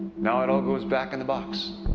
now it all goes back in the box.